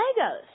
Legos